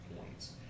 points